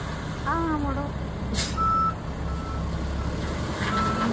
आं मड़ो